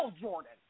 Jordan